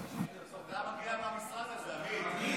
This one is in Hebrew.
--- אתה מגיע מהמשרד הזה, עמית.